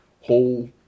whole